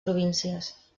províncies